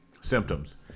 Symptoms